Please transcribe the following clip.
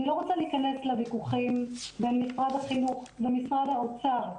אני לא רוצה להיכנס לוויכוחים בין משרד החינוך ומשרד האוצר.